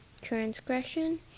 transgression